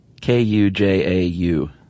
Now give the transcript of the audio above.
K-U-J-A-U